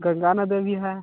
गंगा नदी भी है